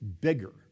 bigger